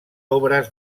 obras